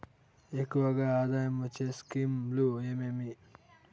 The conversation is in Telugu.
ఎక్కువగా ఆదాయం వచ్చే స్కీమ్ లు ఏమేమీ?